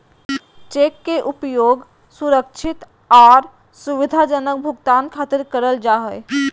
cheque के उपयोग सुरक्षित आर सुविधाजनक भुगतान खातिर करल जा हय